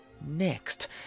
Next